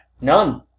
None